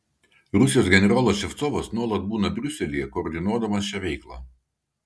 rusijos generolas ševcovas nuolat būna briuselyje koordinuodamas šią veiklą